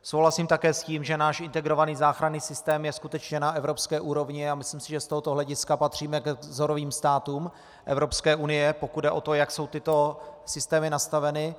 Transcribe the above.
Souhlasím také s tím, že náš integrovaný záchranný systém je skutečně na evropské úrovni, a myslím si, že z tohoto hlediska patříme k vzorovým státům Evropské unie, pokud jde o to, jak jsou tyto systémy nastaveny.